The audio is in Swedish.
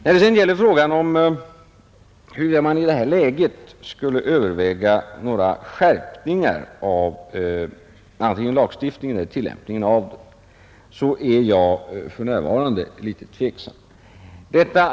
När det gäller frågan huruvida man i detta läge skulle överväga skärpningar antingen av lagstiftningen eller av tillämpningen av den är jag för närvarande litet tveksam.